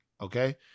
okay